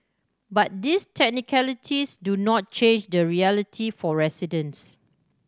but these technicalities do not change the reality for residents